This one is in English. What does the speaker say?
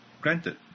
Granted